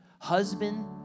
Husband